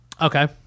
okay